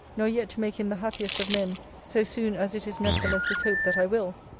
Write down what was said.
nor yet to make him the happiest of men so soon as it is nevertheless his hope that i will,